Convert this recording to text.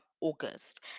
August